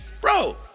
bro